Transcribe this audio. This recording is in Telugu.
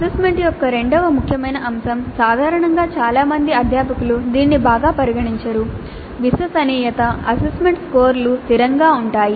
అసెస్మెంట్ యొక్క రెండవ ముఖ్యమైన అంశం సాధారణంగా చాలా మంది అధ్యాపకులు దీనిని బాగా పరిగణించరు విశ్వసనీయత అసెస్మెంట్ స్కోర్లు స్థిరంగా ఉంటాయి